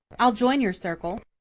i'll join your circle,